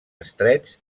estrets